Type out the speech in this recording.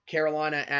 Carolina